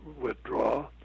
withdraw